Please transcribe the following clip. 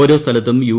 ഓരോ് സ്ഥലത്തും യു